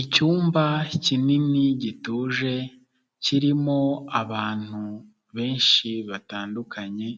Icyumba kinini gituje, kirimo abantu benshi batandukanye,